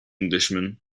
englishman